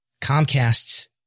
Comcast's